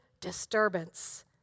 disturbance